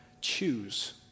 Choose